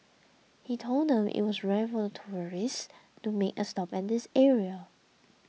he told them it was rare for tourists to make a stop at this area